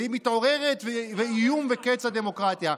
והיא מתעוררת ואיום, וקץ הדמוקרטיה.